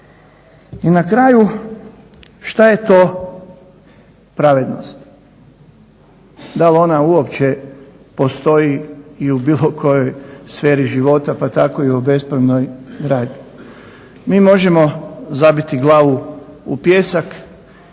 I na kraju što je to pravednost? Da li ona uopće postoji i u bilo kojoj sferi života pa tako i u bespravnoj gradnji? Mi možemo zabiti glavu u pijesak